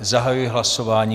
Zahajuji hlasování.